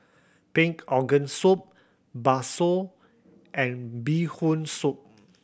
pig organ soup bakso and Bee Hoon Soup